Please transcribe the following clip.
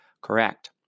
correct